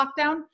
lockdown